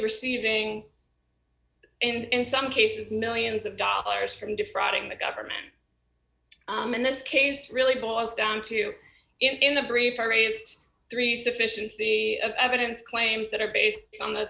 receiving and in some cases millions of dollars from defrauding the government in this case really boils down to in the brief i raised three sufficiency of evidence claims that are based on